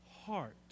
heart